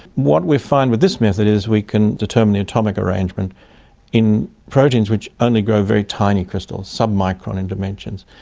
what we find with this method is we can determine the atomic arrangement in proteins which only grow very tiny crystals, some micron in dimensions.